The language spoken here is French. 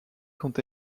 quand